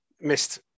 missed